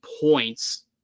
points